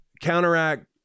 counteract